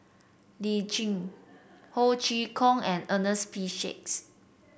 Lee Tjin Ho Chee Kong and Ernest P Shanks